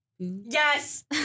yes